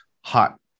hot